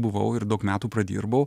buvau ir daug metų pradirbau